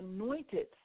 anointed